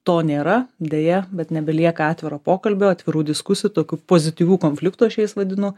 to nėra deja bet nebelieka atviro pokalbio atvirų diskusijų tokių pozityvių konfliktų aš jais vadinu